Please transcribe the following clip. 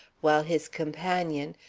while his companion,